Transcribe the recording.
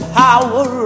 power